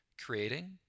creating